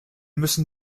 müssen